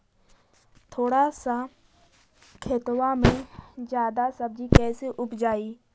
थोड़ा सा खेतबा में जादा सब्ज़ी कैसे उपजाई?